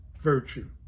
virtue